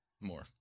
more